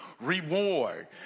reward